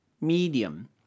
Medium